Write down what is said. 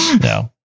No